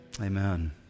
amen